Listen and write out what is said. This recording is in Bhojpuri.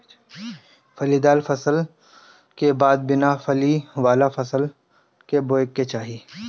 फलीदार फसल का बाद बिना फली वाला फसल के बोए के चाही